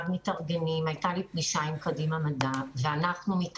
הייתה לי פגישה עם קדימה מדע ואנחנו עכשיו